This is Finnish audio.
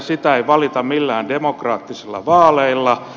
sitä ei valita millään demokraattisilla vaaleilla